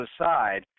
aside